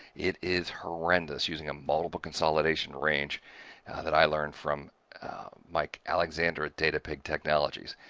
it is horrendous using a multiple consolidation range that i learned from mike alexander, at data peak technologies.